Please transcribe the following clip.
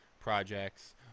projects